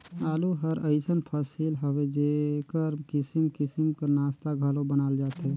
आलू हर अइसन फसिल हवे जेकर किसिम किसिम कर नास्ता घलो बनाल जाथे